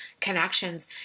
connections